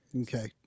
okay